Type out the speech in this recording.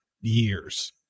years